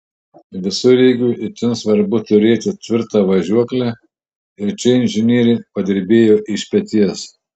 visureigiui itin svarbu turėti tvirtą važiuoklę ir čia inžinieriai padirbėjo iš peties